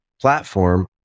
platform